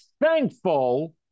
thankful